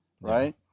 Right